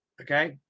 Okay